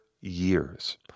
years